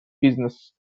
business